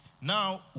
Now